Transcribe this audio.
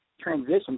transition